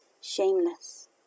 Shameless